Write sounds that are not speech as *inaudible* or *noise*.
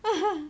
*laughs*